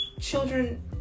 children